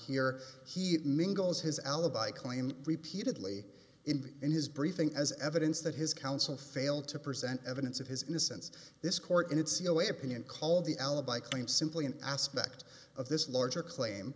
here he mingles his alibi claim repeatedly in the in his briefing as evidence that his counsel failed to present evidence of his innocence this court and its c e o opinion called the alibi claim simply an aspect of this larger claim